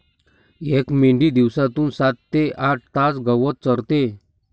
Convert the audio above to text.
एक मेंढी दिवसातून सात ते आठ तास गवत चरते